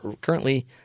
currently